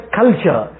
culture